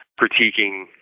critiquing